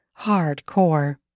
Hardcore